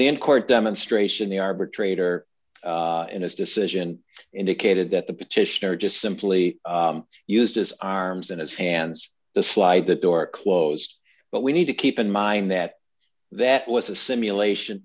in court demonstration the arbitrator in his decision indicated that the petitioner just simply used his arms in his hands the slide the door closed but we need to keep in mind that that was a simulation